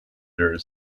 their